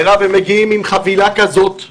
מירב, הם מגיעים עם חבילה כזאת לשופט.